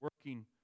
working